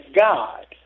God